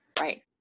Right